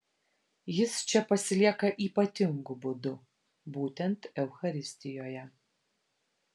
jis čia pasilieka ypatingu būdu būtent eucharistijoje